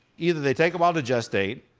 either they take a while to gestate,